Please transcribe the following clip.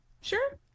Sure